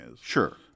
Sure